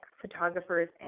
photographers